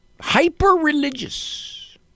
hyper-religious